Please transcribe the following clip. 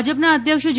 ભાજપના અધ્યક્ષ જે